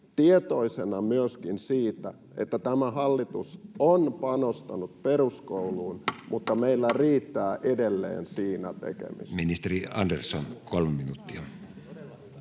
tietoisena myöskin siitä, että tämä hallitus on panostanut peruskouluun, mutta meillä riittää edelleen siinä tekemistä. Ministeri Andersson, kolme minuuttia.